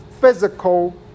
physical